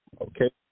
Okay